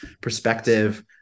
perspective